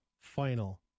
final